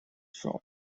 shop